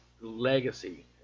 legacy